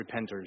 repenters